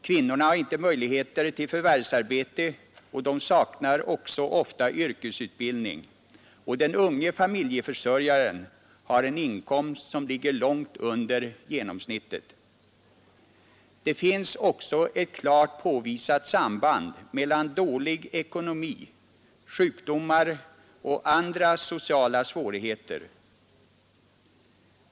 Kvinnorna har inte möjligheter till förvärvsarbete och saknar ofta yrkesutbildning, och den unge familjeförsörjaren har en inkomst som ligger långt under genomsnittet. Det finns också ett klart påvisat samband mellan dålig ekonomi, sjukdomar och andra sociala svårigheter.